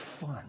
fun